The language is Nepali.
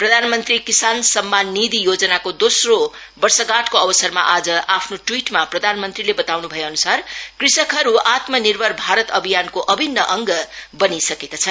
प्रधान मन्त्री किसान सम्मान निधी योजनाको दोस्रो वर्षगाँठको अवसरमा आज आफ्नो ट्वीट्मा प्रधानमन्त्रीले बताउन् भएनुसार कृर्षकहरू आत्मनिर्भर भारत अभियानको अभिन्न भाग बनिरहेका छन्